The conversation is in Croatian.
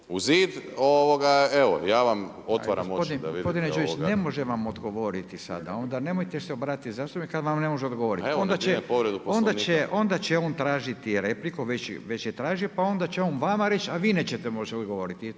u zid evo ja vam otvaram oči da vidite. **Radin, Furio (Nezavisni)** Gospodine Đujić, ne može vam odgovoriti sada onda nemojte se sada obratiti zastupniku kada vam ne može odgovoriti. Onda će on tražiti repliku već je tražio pa onda će on vama reći ali vi nećete moći odgovoriti.